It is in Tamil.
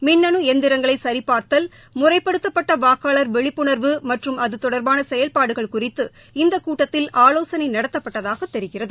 மின்னனு எந்திரங்களை சரிபார்த்தல் முறைப்படுத்தப்பட்ட வாக்காளர் விழிப்புணர்வு மற்றும் அது தொடர்பான செயல்பாடுகள் குறித்து இந்த கூட்டத்தில் ஆலோசனை நடத்தப்பட்டதாக தெரிகிறது